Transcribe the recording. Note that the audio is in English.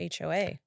HOA